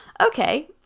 Okay